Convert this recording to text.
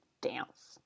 dance